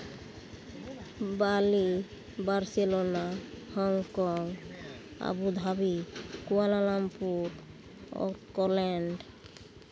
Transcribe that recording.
ᱵᱟᱞᱤ Barcelona ᱦᱚᱝᱠᱚᱝ ᱟᱵᱩᱫᱷᱟᱵᱤ ᱠᱳᱣᱟᱞᱟᱞᱚᱢᱯᱩᱨ ᱚᱠᱚᱞᱮᱱᱰ